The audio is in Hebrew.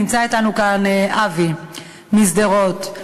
נמצא אתנו אבי משדרות,